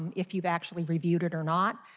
if you have actually reviewed it or not.